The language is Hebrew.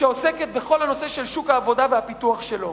שעוסקת בכל הנושא של שוק העבודה והפיתוח שלו.